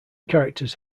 characters